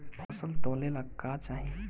फसल तौले ला का चाही?